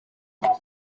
beth